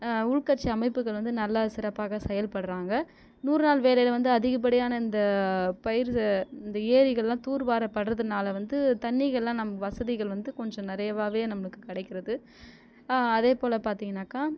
உள்கட்சி அமைப்புகள் வந்து நல்லா சிறப்பாக செயல்படுறாங்க நூறு நாள் வேலையில் வந்து அதிகப்படியான இந்த இந்த ஏரிகளெலாம் தூர்வாரப்படறதுனால் வந்து தண்ணிகள்லாம் நம்ம வசதிகள் வந்து கொஞ்சம் நிறையவாவே நமக்கு கிடைக்கிறது அதே போல பார்த்தீங்கன்னாக்க